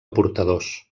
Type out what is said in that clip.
portadors